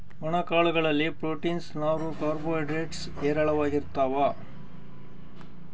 ಒಣ ಕಾಳು ಗಳಲ್ಲಿ ಪ್ರೋಟೀನ್ಸ್, ನಾರು, ಕಾರ್ಬೋ ಹೈಡ್ರೇಡ್ ಹೇರಳವಾಗಿರ್ತಾವ